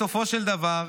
בסופו של דבר,